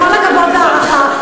בכל הכבוד וההערכה,